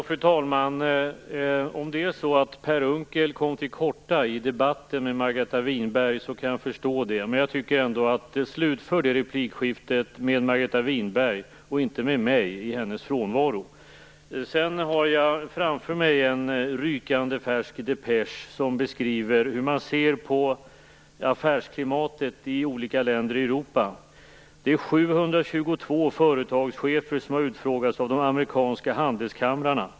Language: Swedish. Fru talman! Om Per Unckel kom till korta i debatten med Margareta Winberg kan jag förstå det. Men jag tycker att Per Unckel skall slutföra replikskiftet med Margareta Winberg och inte med mig i hennes frånvaro. Jag har framför mig en rykande färsk depesch om hur man ser på affärsklimatet i olika länder i Europa. Det är 722 företagschefer som har utfrågats av de amerikanska handelskamrarna.